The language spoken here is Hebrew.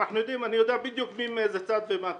אני יודע בדיוק מי מאיזה צד ומה,